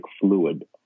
fluid